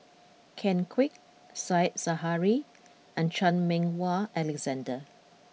Ken Kwek Said Zahari and Chan Meng Wah Alexander